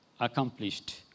Accomplished